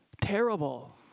Terrible